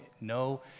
no